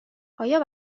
آیا